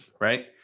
right